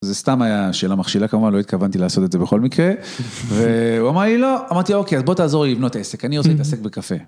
זה סתם היה שאלה מכשילה, כמובן, לא התכוונתי לעשות את זה בכל מקרה, והוא אמר לי לא, אמרתי, אוקיי, אז בוא תעזור לי לבנות עסק, אני רוצה להתעסק בקפה.